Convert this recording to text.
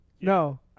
No